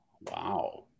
Wow